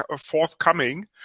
forthcoming